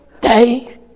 day